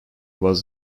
was